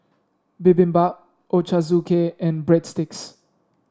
Bibimbap Ochazuke and Breadsticks